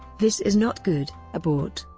this is not good abort!